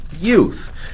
youth